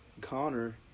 Connor